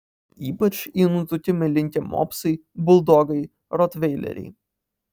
ypač į nutukimą linkę mopsai buldogai rotveileriai